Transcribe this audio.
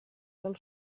del